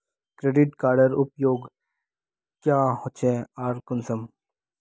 Credit कार्डेर उपयोग क्याँ होचे आर कुंसम?